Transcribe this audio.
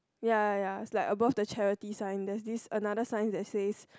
ya ya ya it's like above the charity sign there's this another sign that says